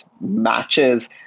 matches